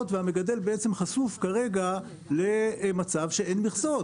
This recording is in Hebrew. והמגדל חשוף כרגע למצב שאין מכסות,